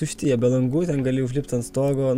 tušti jie be langų ten gali užlipti ant stogo